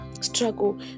struggle